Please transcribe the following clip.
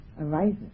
arises